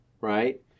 right